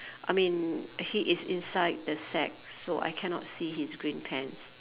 I mean he is inside the sack so I cannot see his green pants